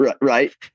right